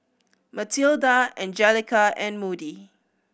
Matilda Angelica and Moody